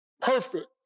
perfect